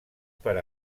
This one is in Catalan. per